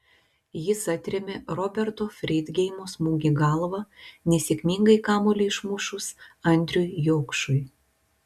jis atrėmė roberto freidgeimo smūgį galva nesėkmingai kamuolį išmušus andriui jokšui